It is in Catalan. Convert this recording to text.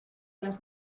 les